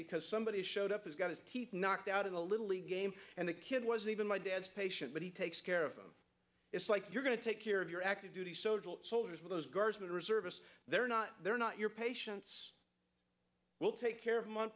because somebody showed up he's got his teeth knocked out of the little league game and the kid was even my dad's patient but he takes care of it's like you're going to take care of your active duty soldiers with those guardsmen reservists they're not they're not your patients will take care of